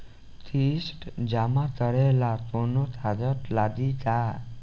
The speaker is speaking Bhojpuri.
किस्त जमा करे ला कौनो कागज लागी का?